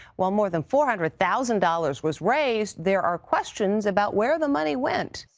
while more than four hundred thousand dollars was raised, there are questions about where the money went.